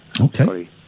Okay